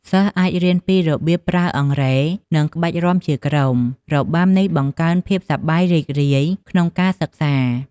សិស្សអាចរៀនពីរបៀបប្រើអង្រែ និងក្បាច់រាំជាក្រុម របាំនេះបង្កើនភាពសប្បាយរីករាយក្នុងការសិក្សា។